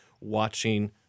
watching